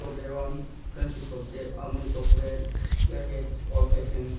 Toblerone crunchy salted ꯑꯥꯃꯨꯟ chocolate ꯏꯌꯔꯍꯦꯗ old fashion